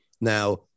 Now